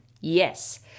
Yes